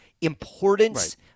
importance